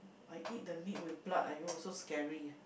I eat the meat with blood !aiyo! so scary ah